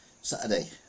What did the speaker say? Saturday